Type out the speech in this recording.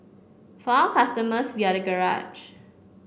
for our customers we are the garage